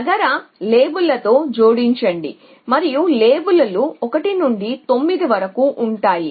నగర లేబుల్లతో జోడించు మరియు లేబుల్లు 1 నుండి 9 వరకు ఉంటాయి